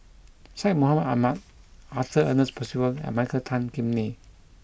Syed Mohamed Ahmed Arthur Ernest Percival and Michael Tan Kim Nei